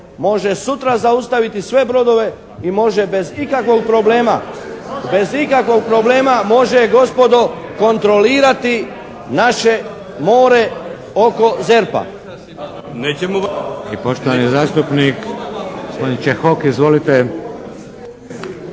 može sutra zaustaviti sve brodove i može bez ikakvog problema može gospodo kontrolirati naše more oko ZERP-a.